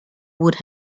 would